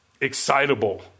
excitable